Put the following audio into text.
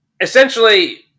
essentially